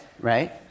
right